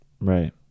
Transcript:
Right